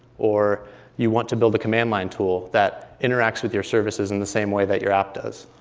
or you want to build a command line tool that interacts with your services in the same way that your app does.